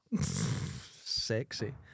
Sexy